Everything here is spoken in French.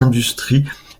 industries